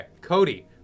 Cody